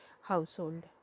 household